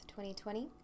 2020